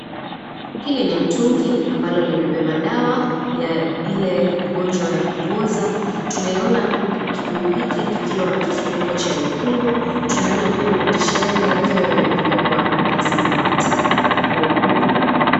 Hili ni mtungi ambalo limebeba dawa ya ile ugonjwa ya kupooza. Tunaiona kibuyu hiki kikiwa na kifuniko cha nyekundu. Tunayaona maandishi yale yakiwa yameandikwa kwa rangi ya samawati kwa ukubwa.